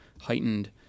heightened